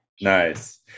nice